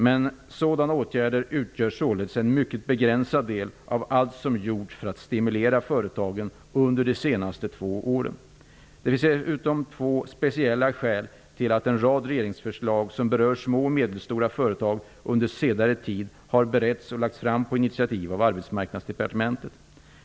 Men sådana åtgärder utgör således en mycket begränsad del av allt som gjorts för att stimulera företagen under de senaste två åren. Det finns dessutom två speciella skäl till att en rad regeringsförslag som berör små och medelstora företag under senare tid har beretts och lagts fram på initiativ av Arbetsmarknadsdepartementet.